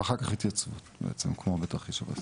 ואחר כך התייצבות, כמו בתרחיש הבסיס.